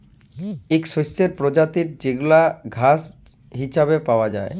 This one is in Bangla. ইক শস্যের পরজাতি যেগলা ঘাঁস হিছাবে পাউয়া যায়